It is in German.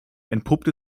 entpuppt